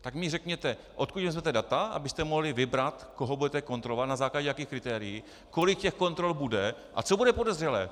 Tak mi řekněte, odkud vezmete data, abyste mohli vybrat, koho budete kontrolovat, na základě jakých kritérií, kolik těch kontrol bude a co bude podezřelé.